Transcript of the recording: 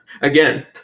Again